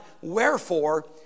wherefore